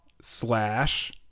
slash